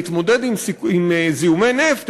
כדי להתמודד עם זיהומי נפט,